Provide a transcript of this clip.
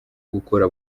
gukora